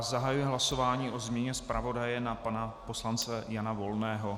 Zahajuji hlasování o změně zpravodaje na pana poslance Jana Volného.